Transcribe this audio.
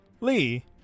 Lee